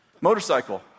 motorcycle